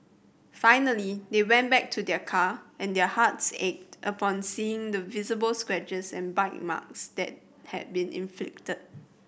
finally they went back to their car and their hearts ached upon seeing the visible scratches and bite marks that had been inflicted